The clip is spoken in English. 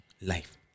Life